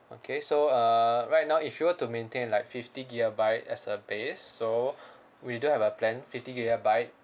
okay so uh right now if you were to maintain like fifty gigabyte as a base so we do have a plan fifty gigabyte